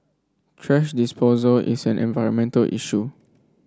thrash disposal is an environmental issue